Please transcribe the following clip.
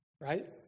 right